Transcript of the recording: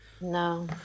No